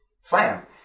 Slam